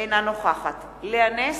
אינה נוכחת לאה נס,